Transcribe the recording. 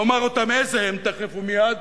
ותיכף ומייד